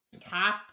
top